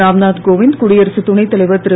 ராம்நாத் கோவிந்த் குடியரசுத் துணைத்தலைவர் திரு